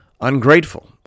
ungrateful